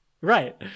Right